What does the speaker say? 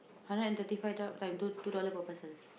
hundred and thirty five drop time time two dollar per person